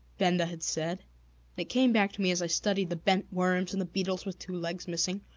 benda had said, and it came back to me as i studied the bent worms and the beetles with two legs missing.